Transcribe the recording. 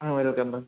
ಹಾಂ welcome ma'am